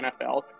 NFL